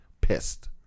Pissed